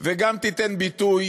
ושהיא גם תיתן ביטוי,